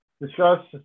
discuss